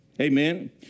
Amen